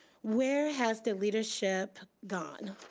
where has the leadership gone?